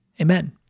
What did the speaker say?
Amen